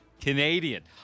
Canadian